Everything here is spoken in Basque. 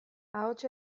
ahots